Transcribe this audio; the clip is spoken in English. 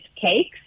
Cakes